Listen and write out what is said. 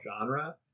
genre